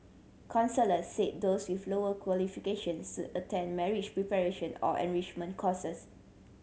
counsellors said those with lower qualifications should attend marriage preparation or enrichment courses